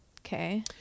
Okay